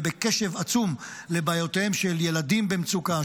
בקשב עצום לבעיותיהם של ילדים במצוקה,